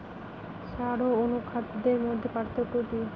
সার ও অনুখাদ্যের মধ্যে পার্থক্য কি?